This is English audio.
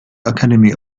academy